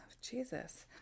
Jesus